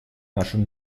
нашим